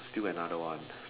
still got another one